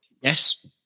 yes